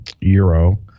euro